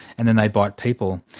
and then they bite people.